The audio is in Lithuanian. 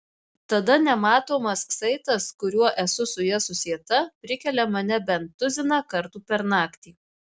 tada nematomas saitas kuriuo esu su ja susieta prikelia mane bent tuziną kartų per naktį